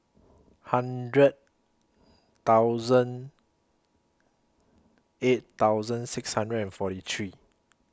hundred thousand eight thousand six hundred and forty three